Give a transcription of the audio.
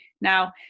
Now